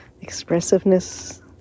expressiveness